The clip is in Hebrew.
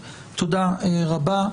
תודה רבה.